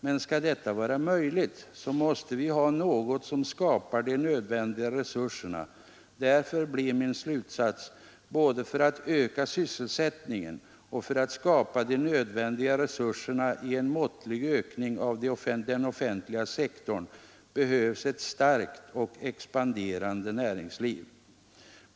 Men skall detta vara möjligt måste vi ha något som skapar de nödvändiga resurserna. Därför blir min slutsats: Både för att öka sysselsättningen och för att skapa de nödvändiga resurserna i en måttlig ökning av den offentliga sektorn behövs ett starkt och expanderande näringsliv.